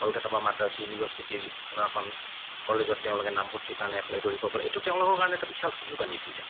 কলকাতা বা মাদ্ৰাছ ইউনিভাৰ্চিটিৰ কোনো এখন কলেজত তেওঁলোকে নামভৰ্তিৰ কাৰণে এপ্লাই কৰিব এইটো তেওঁলোকৰ কাৰণে এটা বিশাল সুযোগ আনি দিলে